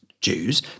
Jews